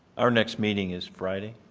our next meeting is friday.